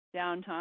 downtime